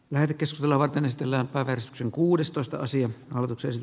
merkin sisällä vaikka nesteellä pärskin kuudestoista sijan hallituksen